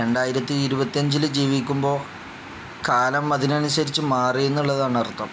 രണ്ടായിരത്തി ഇരുപത്തഞ്ചിൽ ജീവിക്കുമ്പോൾ കാലം അതിനനുസരിച്ച് മാറി എന്നുള്ളതാണ് അർത്ഥം